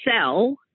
sell